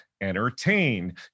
entertain